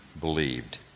believed